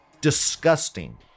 Disgusting